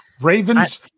Ravens